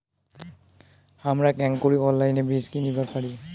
হামরা কেঙকরি অনলাইনে বীজ কিনিবার পারি?